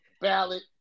ballot